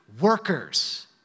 workers